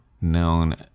known